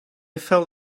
felt